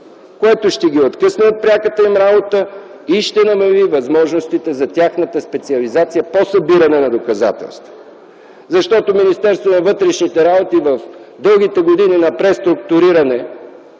което ще ги откъсне от пряката им работа и ще намали възможностите за тяхната специализация по събиране на доказателства. Министерството на вътрешните работи в дългите години на преструктуриране